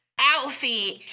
outfit